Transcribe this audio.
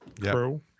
Crew